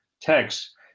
text